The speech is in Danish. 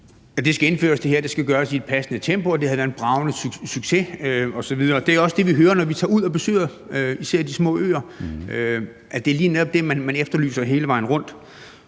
det her skal indføres, og at det skal gøres i et passende tempo, og at det havde været en bragende succes osv. Det er også det, vi hører, når vi tager ud og besøger især de små øer, altså at det lige netop er det, man efterlyser hele vejen rundt.